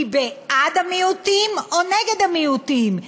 היא בעד המיעוטים, או נגד המיעוטים?